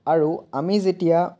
আৰু আমি যেতিয়া